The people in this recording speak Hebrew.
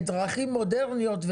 דרכים מודרניות,